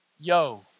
Yo